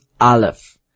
Aleph